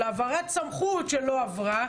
של העברת סמכות שלא הועברה,